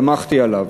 סמכתי עליו.